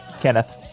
Kenneth